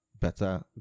better